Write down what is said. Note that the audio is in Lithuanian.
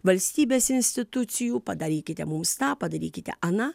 valstybės institucijų padarykite mums tą padarykite aną